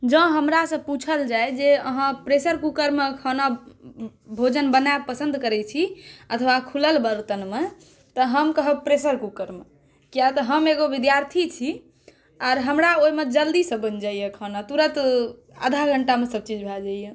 जँ हमरा सॅं पुछल जाय जे अहाँ प्रेशर कुकरमे खाना भोजन बनाएब पसन्द करै छी अथवा खुलल बर्तनमे तऽ हम कहब प्रेशर कुकरमे किएतऽ हम एगो विद्यार्थी छी आर हमरा ओहिमे जल्दीसँ बनि जाइया खाना तुरत आधा घण्टामे सभ चीज भय जाइया